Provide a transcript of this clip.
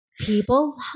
People